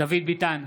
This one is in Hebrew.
דוד ביטן,